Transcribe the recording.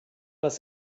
das